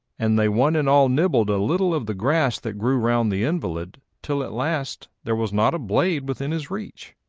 and they one and all nibbled a little of the grass that grew round the invalid till at last there was not a blade within his reach.